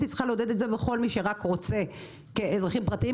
היא צריכה לעודד את זה לכל מי שרק רוצה כאזרחים פרטיים.